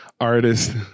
artist